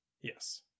Yes